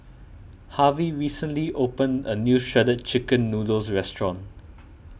Harvy recently opened a new Shredded Chicken Noodles restaurant